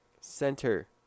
Center